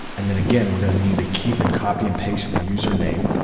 and then again, we're going to need to keep in copy and paste the username.